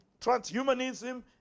Transhumanism